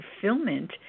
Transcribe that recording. fulfillment